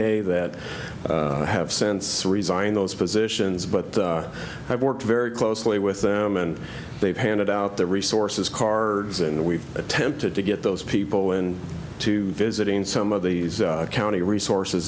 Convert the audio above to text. hay that have sense resigned those positions but i've worked very closely with them and they've handed out their resources car and we've attempted to get those people in to visiting some of these county resources